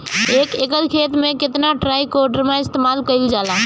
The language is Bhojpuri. एक एकड़ खेत में कितना ट्राइकोडर्मा इस्तेमाल कईल जाला?